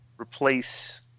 replace